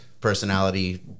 personality